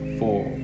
four